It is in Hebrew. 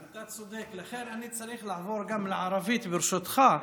אתה צודק, לכן אני צריך לעבור גם לערבית, ברשותך.